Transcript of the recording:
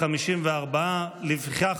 54. לפיכך,